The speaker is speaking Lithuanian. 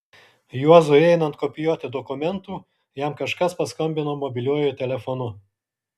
juozui einant kopijuoti dokumentų jam kažkas paskambino mobiliuoju telefonu